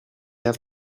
have